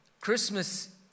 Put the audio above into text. Christmas